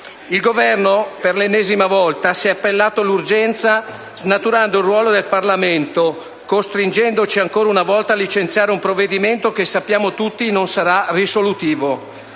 Il Governo, per l'ennesima volta, si è appellato all'urgenza snaturando il ruolo del Parlamento e costringendoci, ancora una volta, a licenziare un provvedimento che, lo sappiamo tutti, non sarà risolutivo.